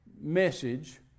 message